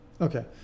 Okay